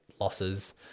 losses